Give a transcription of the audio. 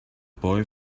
boy